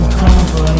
comfort